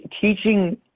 teaching